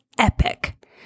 Epic